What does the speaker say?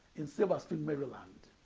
in silver spring, maryland.